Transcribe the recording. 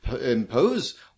impose